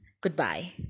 Goodbye